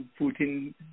Putin